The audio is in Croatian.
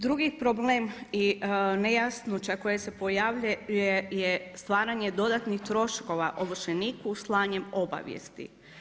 Drugi problem i nejasnoća koja se pojavljuje je stvaranje dodatnih troškova ovršeniku slanjem obavijesti.